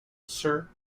sir